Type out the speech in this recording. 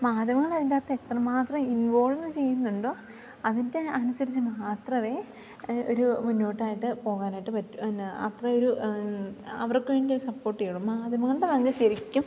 മാധ്യമങ്ങൾ അതിൻ്റെ അകത്ത് എത്രമാത്രം ഇൻവോൾവ് ചെയ്യുന്നുണ്ടോ അതിൻ്റെ അനുസരിച്ച് മാത്രമേ അത് ഒരു മുന്നോട്ടായിട്ട് പോകാനായിട്ട് പറ്റു പിന്നെ അത്രയെ ഒരു അവർക്ക് വേണ്ടിയേ സപ്പോർട്ട് ചെയ്യുള്ളു മാധ്യമങ്ങളുടെ പങ്ക് ശരിക്കും